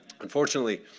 Unfortunately